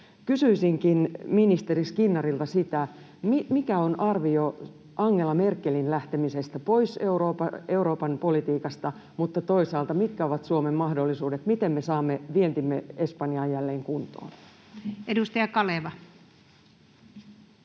Kysyisinkin ministeri Skinnarilta: Mikä on arvio Angela Merkelin lähtemisestä pois Euroopan politiikasta? Ja toisaalta mitkä ovat Suomen mahdollisuudet, miten me saamme vientimme Espanjaan jälleen kuntoon? [Speech